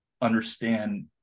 understand